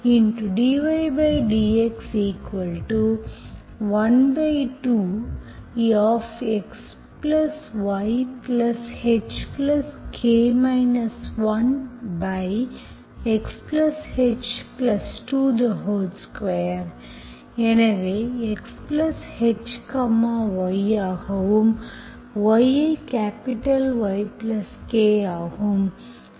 எனவே Xh y ஆகவும் y ஐ கேப்பிடல் Yk ஆகும்